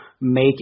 make